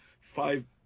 five